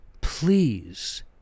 please